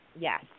Yes